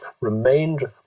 remained